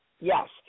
Yes